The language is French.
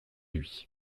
lui